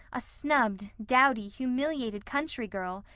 a snubbed, dowdy, humiliated country girl,